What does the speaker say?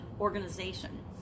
organization